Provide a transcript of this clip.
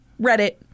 Reddit